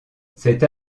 cette